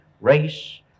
race